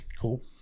Cool